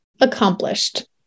accomplished